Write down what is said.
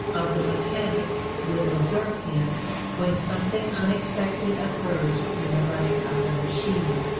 of the mechanic will desert him when something unexpected occurs in the running of the machine.